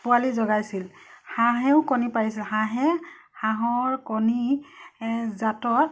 পোৱালি জগাইছিল হাঁহেও কণী পাৰিছিল হাঁহে হাঁহৰ কণী জাতত